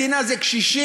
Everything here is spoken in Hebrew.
מדינה זה קשישים,